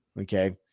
Okay